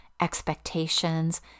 expectations